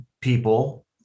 people